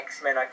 X-Men